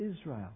Israel